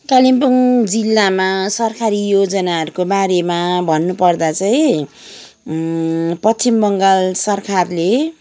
कालिम्पोङ जिल्लामा सरकारी योजनाहरूको बारेमा भन्नुपर्दा चाहिँ पश्चिम बङ्गाल सरकारले